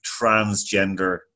transgender